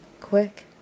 Quick